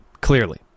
clearly